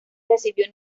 recibió